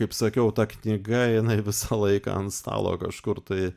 kaip sakiau ta knyga jinai visą laiką ant stalo kažkur tai